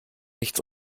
nichts